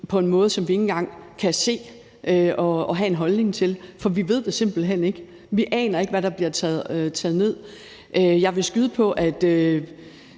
på en måde, som vi ikke engang kan se og have en holdning til, for vi ved simpelt hen ikke, hvordan det er. Vi aner ikke, hvad der bliver taget ned. Jeg vil skyde på, at